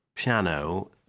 piano